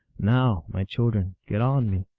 now, my children, get on me.